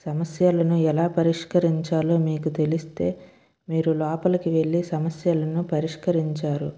సమస్యలను ఎలా పరిష్కరించాలో మీకు తెలిస్తే మీరు లోపలికి వెళ్లి సమస్యలను పరిష్కరించారు